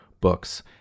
books